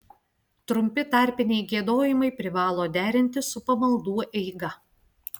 trumpi tarpiniai giedojimai privalo derintis su pamaldų eiga